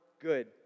good